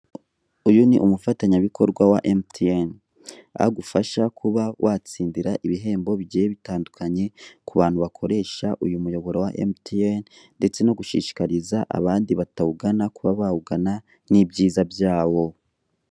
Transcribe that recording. Uyu ni umufatanyabikorwa wa MTN, aho agufasha kuba watsindira ibihembo bigiye bitandukanye ku bantu bakoresha uyu muyoboro wa MTN ndetse no gushishikariza abandi batawugana kuba bawugana n'ibyiza byawo.